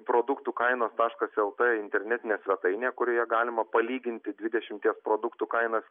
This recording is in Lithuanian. produktų kainos taškas lt internetinė svetainė kurioje galima palyginti dvidešimties produktų kainas